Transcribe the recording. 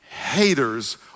haters